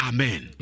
Amen